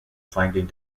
finding